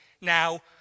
Now